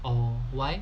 oh why